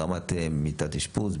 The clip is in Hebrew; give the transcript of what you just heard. ברמת מיטת אשפוז,